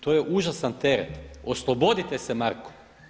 To je užasan teret, oslobodite se Marko.